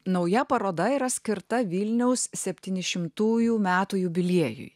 nauja paroda yra skirta vilniaus septinišimtųjų metų jubiliejui